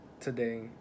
today